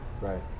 Right